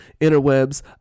interwebs